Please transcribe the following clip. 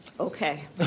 Okay